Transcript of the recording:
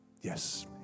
Yes